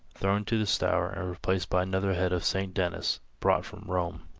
thrown into the stour and replaced by another head of saint dennis, brought from rome.